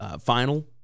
final